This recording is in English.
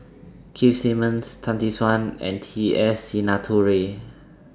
Keith Simmons Tan Tee Suan and T S Sinnathuray